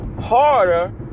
harder